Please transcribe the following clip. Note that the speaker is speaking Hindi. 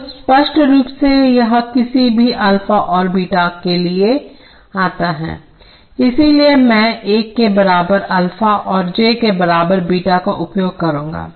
तो स्पष्ट रूप से यह किसी भी अल्फा और बीटा के लिए आता है इसलिए मैं 1 के बराबर अल्फा और j के बराबर बीटा का उपयोग करूंगा